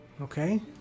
Okay